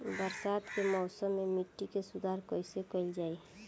बरसात के मौसम में मिट्टी के सुधार कइसे कइल जाई?